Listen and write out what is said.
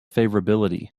favorability